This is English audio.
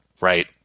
Right